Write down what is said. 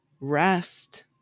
rest